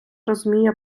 розуміє